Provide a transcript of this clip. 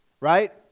Right